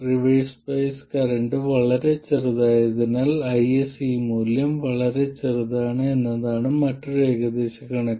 reverse bias current വളരെ ചെറുതായതിനാൽ IS ഈ മൂല്യം വളരെ ചെറുതാണ് എന്നതാണ് മറ്റൊരു ഏകദേശ കണക്ക്